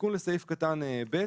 התיקון לסעיף קטן (ב)